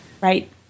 Right